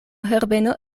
herbeno